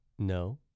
No